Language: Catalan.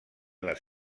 les